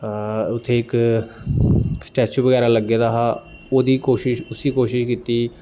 उत्थै इक स्टैचू बगैरा लग्गे दा हा ओह्दी कोशिश उस्सी कोशिश कीती